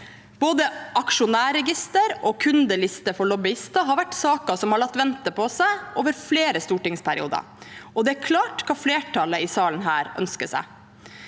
Både aksjonærregister og kundelister for lobbyister har vært saker som har latt vente på seg over flere stortingsperioder, og det er klart hva flertallet i salen her ønsker seg.